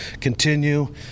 continue